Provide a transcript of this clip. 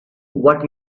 what